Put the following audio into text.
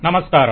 నమస్కారం